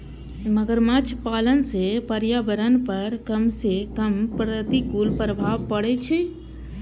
मगरमच्छ पालन सं पर्यावरण पर कम सं कम प्रतिकूल प्रभाव पड़ै छै